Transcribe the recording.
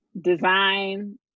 design